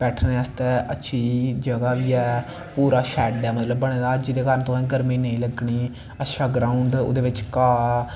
बैठनै आस्तै अच्छी जगा बी ऐ पूरा शैड ऐ बने दा मतलव जेह्ड़ै कारन तुसेंगी गर्मी नेंई लग्गनी अच्छी ग्राउंड़ ओह्दै बिच्च घाह्